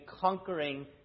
conquering